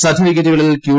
സർട്ടിഫിക്കറ്റുകളിൽ Q